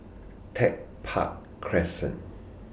Tech Park Crescent